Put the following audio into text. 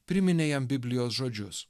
priminė jam biblijos žodžius